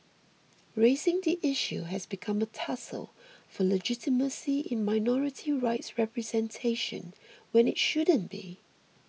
raising the issue has become a tussle for legitimacy in minority rights representation when it shouldn't be